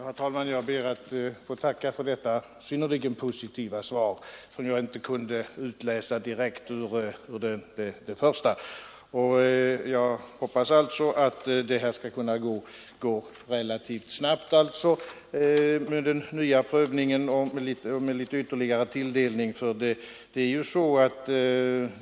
Herr talman! Jag ber att få tacka för detta synnerligen positiva besked, som jag inte kunde utläsa direkt ur det första svaret. Jag hoppas att det skall gå relativt snabbt med den nya prövningen och med ytterligare tilldelning.